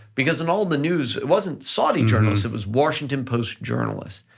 because in all the news, it wasn't saudi journalist, it was washington post journalist,